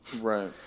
right